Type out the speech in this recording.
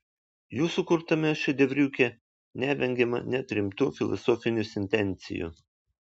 jų sukurtame šedevriuke nevengiama net rimtų filosofinių sentencijų